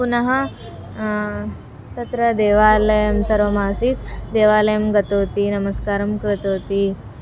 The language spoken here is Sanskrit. पुनः तत्र देवालयं सर्वमासीत् देवालयं गतवती नमस्कारं कृतवती